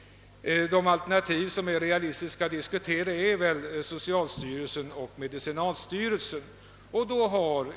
De alternativ som är realistiska att diskutera är väl socialstyrelsen och medicinalstyrelsen.